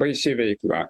baisi veikla